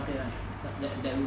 对 right that that road